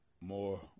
more